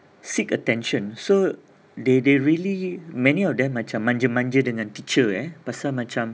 seek attention so they they really many of them macam manja-manja dengan teacher pasal macam